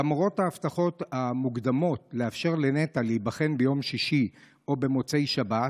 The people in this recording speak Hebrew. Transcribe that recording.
למרות ההבטחות המוקדמות לאפשר לנטע להיבחן ביום שישי או במוצאי שבת,